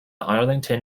arlington